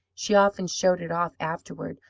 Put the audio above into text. she often showed it off afterward,